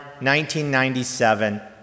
1997